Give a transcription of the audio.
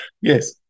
yes